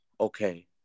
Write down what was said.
Okay